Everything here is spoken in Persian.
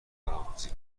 کارآموزی